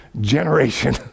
generation